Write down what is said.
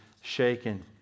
shaken